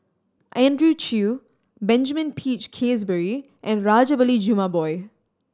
Andrew Chew Benjamin Peach Keasberry and Rajabali Jumabhoy